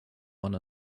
one